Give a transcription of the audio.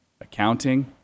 accounting